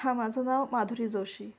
हां माझं नाव माधुरी जोशी